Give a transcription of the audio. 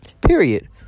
period